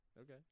Okay